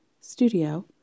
studio